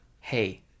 Hey